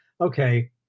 okay